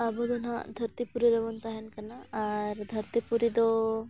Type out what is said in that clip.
ᱟᱵᱚ ᱫᱚ ᱱᱟᱦᱟᱜ ᱫᱷᱟᱹᱨᱛᱤ ᱯᱩᱨᱤ ᱨᱮᱵᱚᱱ ᱛᱟᱦᱮᱱ ᱠᱟᱱᱟ ᱟᱨ ᱫᱷᱟᱹᱨᱛᱤᱯᱩᱨᱤ ᱫᱚ